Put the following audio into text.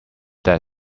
that